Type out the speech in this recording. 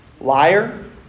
Liar